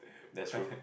that's true